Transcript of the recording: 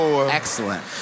Excellent